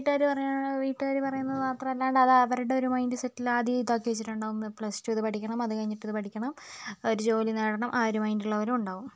വീട്ടുകാർ പറയുന്ന വീട്ടുകാർ പറയുന്നത് മാത്രമല്ലാണ്ട് അത് അവരുടെ മൈൻഡ്സെറ്റിൽ ആദ്യം ഇതാക്കി വെച്ചിട്ടുണ്ടാകും പ്ലസ് ടു ഇത് പഠിക്കണം അത് കഴിഞ്ഞ് ഇത് പഠിക്കണം ഒരു ജോലി നേടണം ആ ഒരു മൈൻഡിൽ ഉള്ളവരും ഉണ്ടാവും